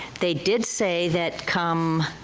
they did say that come